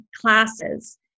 classes